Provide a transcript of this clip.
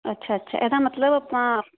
ਅੱਛਾ ਅੱਛਾ ਇਹਦਾ ਮਤਲਬ ਆਪਾਂ